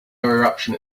eruption